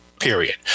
period